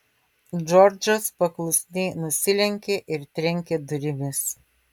džordžas paklusniai nusilenkė ir trenkė durimis